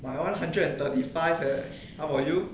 my [one] one hundred and thirty five leh how about you